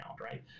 right